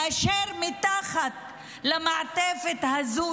ומתחת למעטפת הזו,